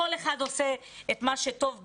כל אחד עושה מה שטוב בעיניו,